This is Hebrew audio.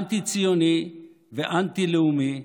אנטי-ציוני ואנטי-לאומי,